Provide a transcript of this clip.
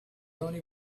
only